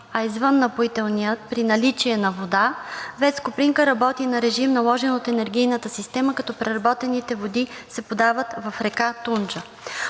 а извън напоителния, при наличие на вода, ВЕЦ „Копринка“ работи на режим, наложен от енергийната система, като преработените води се подават в река Тунджа.